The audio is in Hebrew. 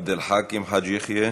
עבד אל חכים חאג' יחיא,